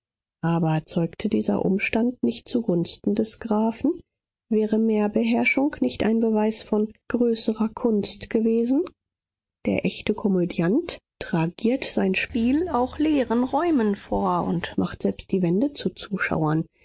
aber zeugte dieser umstand nicht zugunsten des grafen wäre mehr beherrschung nicht ein beweis von größerer kunst gewesen der echte komödiant tragiert sein spiel auch leeren räumen vor und macht selbst die wände zu zuschauern